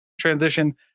transition